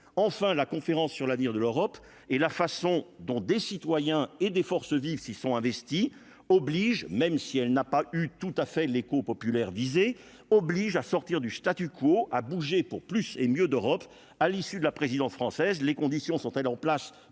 enfin, la conférence sur l'avenir de l'Europe et la façon dont des citoyens et des forces vives s'sont investis oblige, même si elle n'a pas eu tout à fait l'écho populaire oblige à sortir du statu quo à bouger pour plus et mieux d'Europe, à l'issue de la présidence française, les conditions sont-elles en place